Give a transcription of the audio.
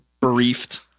briefed